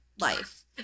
life